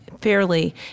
fairly